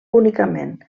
únicament